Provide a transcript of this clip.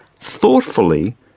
thoughtfully